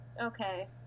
Okay